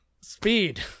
speed